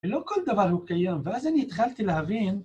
לא כל דבר הוא קיים ואז אני התחלתי להבין